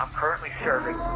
currently serving